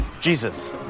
Jesus